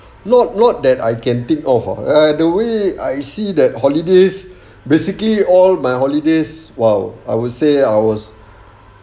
not not that I can think ah uh the way I see that holidays basically all my holidays !wow! I would say I was